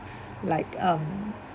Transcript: like um